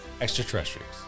Extraterrestrials